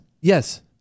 Yes